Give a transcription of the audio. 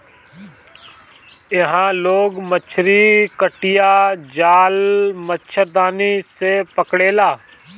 इहां लोग मछरी कटिया, जाल, मछरदानी से पकड़ेला